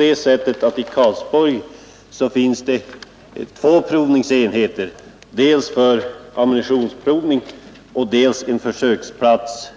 I Karlsborg finns två provningsenheter dels den för ammunitionsprovning, dels en försöksplats